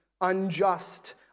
unjust